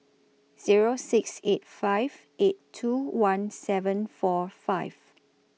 Zero six eight five eight two one seven four five